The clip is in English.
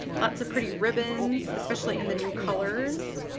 lots of pretty ribbons, especially in the new colors.